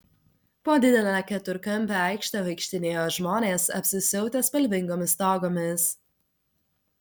po didelę keturkampę aikštę vaikštinėjo žmonės apsisiautę spalvingomis togomis